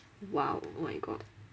!wow! oh my god